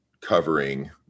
covering